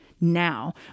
now